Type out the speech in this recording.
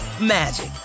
magic